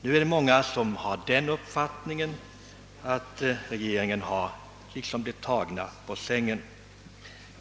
Nu är det många som har den uppfattningen att regeringen har blivit tagen på sängen.